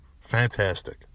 Fantastic